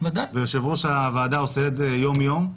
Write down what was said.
ויושב-ראש הוועדה עושה את זה יום-יום,